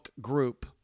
group